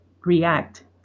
react